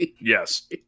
Yes